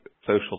social